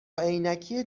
عینکی